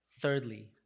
thirdly